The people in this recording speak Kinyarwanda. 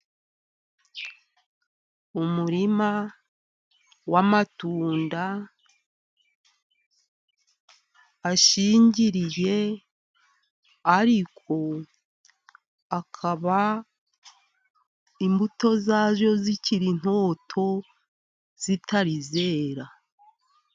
Umurima wamatunda ashingiriye, ariko akaba imbuto za yo zikiri ntoto, zitari zera.